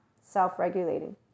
self-regulating